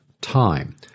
time